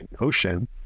ocean